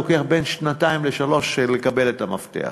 לוקח בין שנתיים לשלוש שנים לקבל את המפתח.